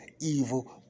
evil